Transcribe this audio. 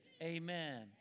amen